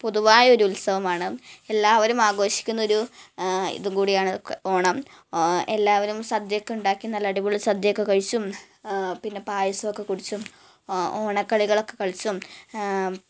പൊതുവായ ഒരു ഉത്സവമാണ് എല്ലാവരും ആഘോഷിക്കുന്ന ഒരു ഇതുംകൂടിയാണ് ഓണം എല്ലാവരും സദ്യയൊക്കെ ഉണ്ടാക്കി നല്ല അടിപൊളി സദ്യയൊക്കെ കഴിച്ചും പിന്നെ പായസമൊക്കെ കുടിച്ചും ഓണക്കളികളൊക്കെ കളിച്ചും